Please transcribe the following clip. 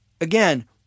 Again